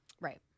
Right